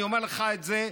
אני אומר לך את זה,